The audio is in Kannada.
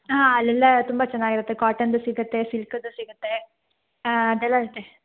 ಹಾಂ ಅಲ್ಲೆಲ್ಲ ತುಂಬ ಚೆನ್ನಾಗಿರುತ್ತೆ ಕಾಟನ್ದು ಸಿಗುತ್ತೆ ಸಿಲ್ಕುದು ಸಿಗುತ್ತೆ ಅದೆಲ್ಲ ಇರುತ್ತೆ